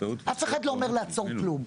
אף אחד לא אומר לעצור כלום.